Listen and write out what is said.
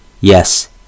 Yes